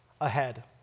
ahead